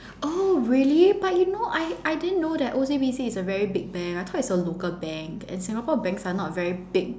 oh really but you know I I didn't know that O_C_B_C is a very big bank I thought it's a local bank and Singapore banks are not very big